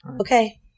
Okay